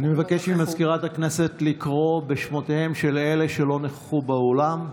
ממזכירת הכנסת לקרוא בשמותיהם של אלה שלא נכחו באולם,